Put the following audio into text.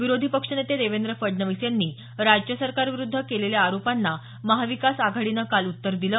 विरोधी पक्षनेते देवेंद्र फडणवीस यांनी राज्य सरकारविरूद्ध केलेल्या आरोपांना महाविकास आघाडीनं काल उत्तर दिलं